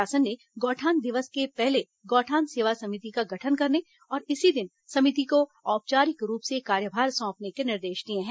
शासन ने गौठान दिवस के पहले गौठान सेवा समिति का गठन करने और इसी दिन समिति को औपचारिक रूप से कार्यभार सौंपने के निर्देश दिए हैं